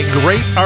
great